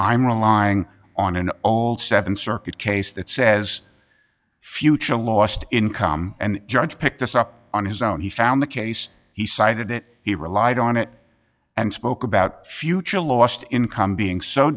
relying on an old seven circuit case that says future lost income and judge picked this up on his own he found the case he cited it he relied on it and spoke about future lost income being so